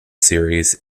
series